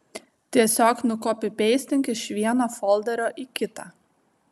tiesiog nukopipeistink iš vieno folderio į kitą